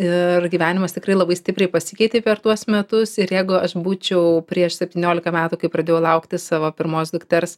ir gyvenimas tikrai labai stipriai pasikeitė per tuos metus ir jeigu aš būčiau prieš septyniolika metų kai pradėjau lauktis savo pirmos dukters